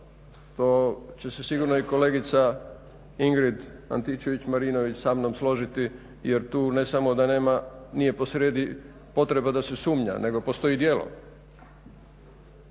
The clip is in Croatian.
To će se sigurno i kolegica Ingrid Antičević-Marinović sa mnom složiti jer tu ne samo da nije posrijedi potreba da se sumnja nego postoji djelo,